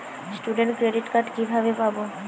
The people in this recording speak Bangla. স্টুডেন্ট ক্রেডিট কার্ড কিভাবে পাব?